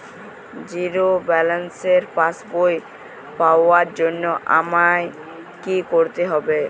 Zero ব্যালেন্সের পাসবই পাওয়ার জন্য আমায় কী করতে হবে?